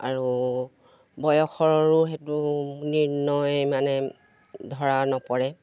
আৰু বয়সৰো সেইটো নিৰ্ণয় মানে ধৰা নপৰে